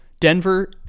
Denver